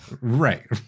Right